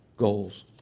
Goals